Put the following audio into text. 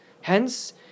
Hence